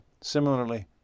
similarly